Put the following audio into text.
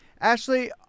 Ashley